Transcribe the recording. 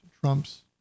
Trump's